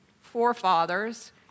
forefathers